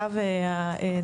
אגב,